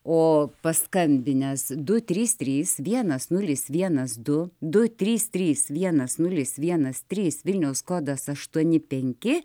o paskambinęs du trys trys vienas nulis vienas du du trys trys vienas nulis vienas trys vilniaus kodas aštuoni penki